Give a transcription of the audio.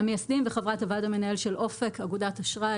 אני וחברת הוועד המנהל של אופק, אגודת אשראי.